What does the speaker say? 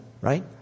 Right